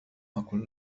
أقل